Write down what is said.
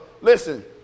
listen